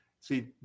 see